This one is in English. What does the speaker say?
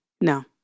no